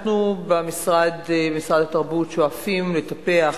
אנחנו במשרד התרבות שואפים לטפח,